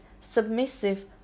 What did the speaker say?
submissive